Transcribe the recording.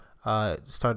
start